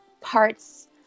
parts